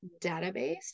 database